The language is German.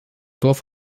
dorf